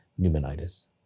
pneumonitis